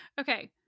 Okay